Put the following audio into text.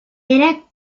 era